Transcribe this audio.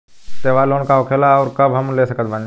त्योहार लोन का होखेला आउर कब हम ले सकत बानी?